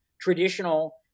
traditional